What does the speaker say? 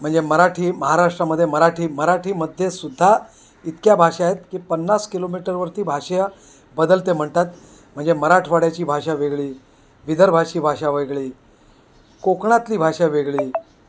म्हणजे मराठी महाराष्ट्रामध्ये मराठी मराठीमध्ये सुद्धा इतक्या भाषा आहेत की पन्नास किलोमीटरवरती भाषा बदलते म्हणतात म्हणजे मराठवाड्याची भाषा वेगळी विदर्भाची भाषा वेगळी कोकणातली भाषा वेगळी